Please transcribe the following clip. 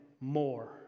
more